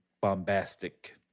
bombastic